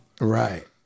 Right